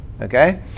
Okay